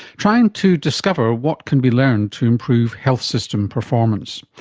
trying to discover what can be learned to improve health system performance.